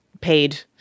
paid